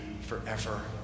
forever